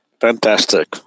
Fantastic